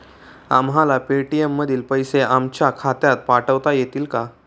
आम्हाला पेटीएम मधील पैसे आमच्या खात्यात पाठवता येतील का?